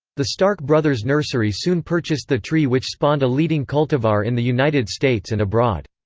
the stark brothers nursery soon purchased the tree which spawned a leading cultivar in the united states and abroad.